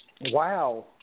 wow